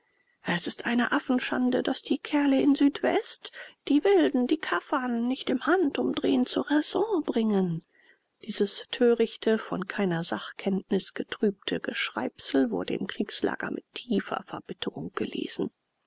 es ist eine affenschande daß die kerle in südwest die wilden die kaffern nicht im handumdrehen zur raison bringen dieses törichte von keiner sachkenntnis getrübte geschreibsel wurde im kriegslager mit tiefer verbitterung gelesen